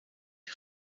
you